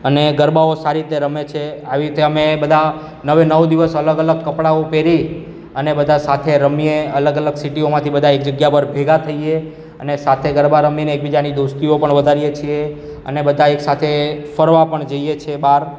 અને ગરબાઓ સારી રીતે રમે છે આવી રીતે અમે બધા નવે નવ દિવસ અલગ અલગ કપડાઓ પહેરી અને બધા સાથે રમીએ અલગ અલગ સિટીઓમાંથી બધા એક જગ્યા પર ભેગા થઈએ અને સાથે ગરબા રમીને એકબીજાની દોસ્તીઓ પણ વધારીએ છીએ અને બધા એક સાથે ફરવા પણ જઈએ છે બહાર